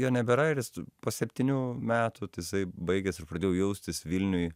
jo nebėra ir estų po septynių metų tai jisai baigėsi ir pradėjau jaustis vilniuj